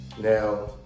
Now